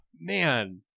man